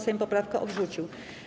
Sejm poprawkę odrzucił.